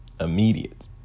immediate